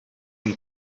een